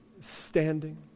standing